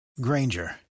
Granger